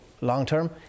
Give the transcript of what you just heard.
long-term